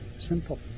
simple